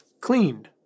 cleaned